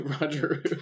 Roger